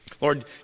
Lord